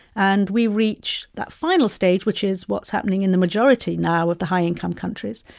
and we reach that final stage, which is what's happening in the majority now of the high-income countries,